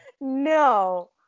No